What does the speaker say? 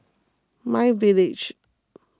My Village